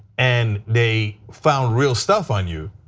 and they found real stuff on you,